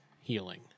healing